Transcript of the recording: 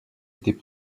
étaient